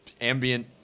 ambient –